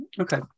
okay